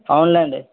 అవునులే అండి